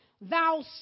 thou